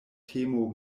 temo